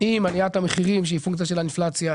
עם עליית המחירים שהיא פונקציה של האינפלציה,